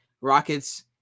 Rockets